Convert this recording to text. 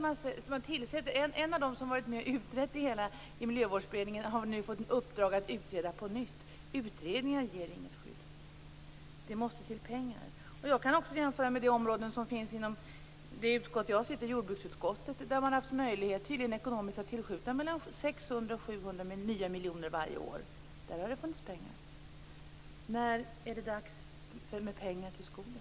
En av dem som har varit med och utrett det hela i Miljövårdsberedningen har nu fått i uppdrag att utreda på nytt. Utredningar ger inget skydd. Det måste till pengar. Jag kan också jämföra med de områden som finns inom det utskott där jag sitter, nämligen jordbruksutskottet. Där har man tydligen haft ekonomiska möjligheter att tillskjuta 600-700 nya miljoner varje år. Där har det funnits pengar. När är det dags med pengar till skogen?